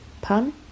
pun